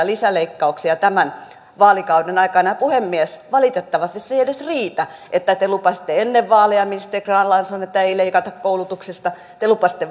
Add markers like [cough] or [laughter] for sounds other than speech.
[unintelligible] lisäleikkauksia tämän vaalikauden aikana ja puhemies valitettavasti se ei edes riitä että te lupasitte ennen vaaleja ministeri grahn laasonen että ei leikata koulutuksesta te lupasitte [unintelligible]